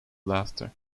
laughter